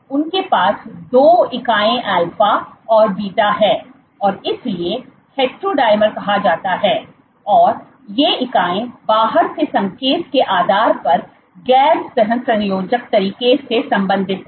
इसलिए उनके पास 2 इकाइयां अल्फा और बीटा हैं और इसलिए हेट्रोडिमर कहा जाता है और ये इकाइयां बाहर के संकेत के आधार पर गैर सहसंयोजक तरीके से संबंधित हैं